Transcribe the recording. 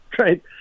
right